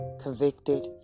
convicted